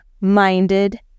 minded